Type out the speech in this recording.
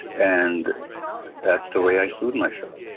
and that's the way i soothe myself.